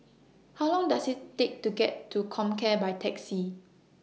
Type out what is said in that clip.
How Long Does IT Take to get to Comcare By Taxi